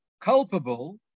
culpable